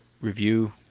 review